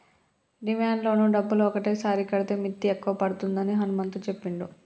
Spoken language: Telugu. డిమాండ్ లోను డబ్బులు ఒకటేసారి కడితే మిత్తి ఎక్కువ పడుతుందని హనుమంతు చెప్పిండు